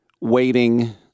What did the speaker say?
Waiting